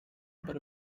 but